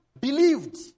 believed